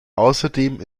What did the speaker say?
außerdem